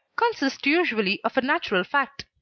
consist usually of a natural fact,